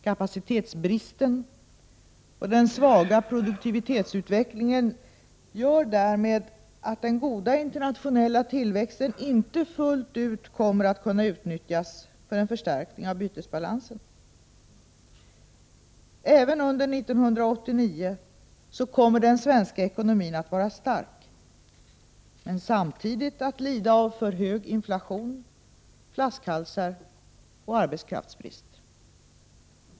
Kapacitetsbristen och den svaga produktivitetsutvecklingen gör därmed att den goda internationella tillväxten inte fullt ut kommer att kunna utnyttjas för en förstärkning av bytesbalansen. Även under 1989 kommer den svenska ekonomin att vara stark — men samtidigt att lida av för hög inflation, flaskhalsar och arbetskraftsbrist.